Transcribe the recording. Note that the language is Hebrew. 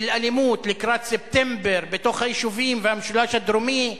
אלימות לקראת ספטמבר בתוך היישובים במשולש הדרומי,